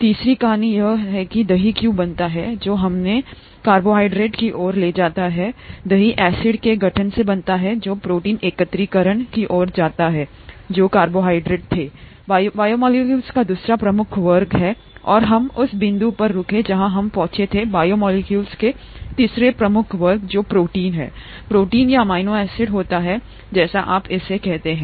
तीसरी कहानी यह है कि दही क्यों बनता है जो हमें कार्बोहाइड्रेट की ओर ले जाता है दही एसिड के गठन से बनता है जो प्रोटीन एकत्रीकरण की ओर जाता है जो कार्बोहाइड्रेट थे बायोमोलेक्युलस का दूसरा प्रमुख वर्ग और हम उस बिंदु पर रुके जहाँ हम पहुँचे थे बायोमोलेक्यूल्स का तीसरा प्रमुख वर्ग जो प्रोटीन प्रोटीन या अमीनो एसिड होता है जैसा आप इसे कहते हैं